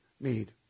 made